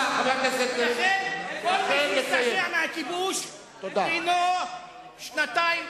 כל מי שמזדעזע מהכיבוש דינו שנתיים,